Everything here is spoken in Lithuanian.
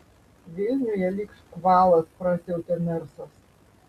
vilniuje lyg škvalas prasiautė mersas